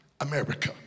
America